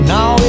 Now